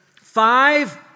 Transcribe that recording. five